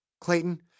Clayton